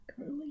Curly